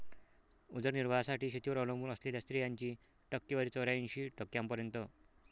उदरनिर्वाहासाठी शेतीवर अवलंबून असलेल्या स्त्रियांची टक्केवारी चौऱ्याऐंशी टक्क्यांपर्यंत